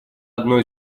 одной